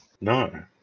No